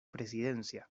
presidencia